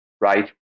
right